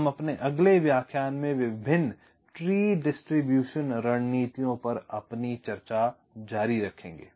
हम अपने अगले व्याख्यान में विभिन्न ट्री डिस्ट्रीब्यूशन रणनीतियों पर अपनी चर्चा जारी रखेंगे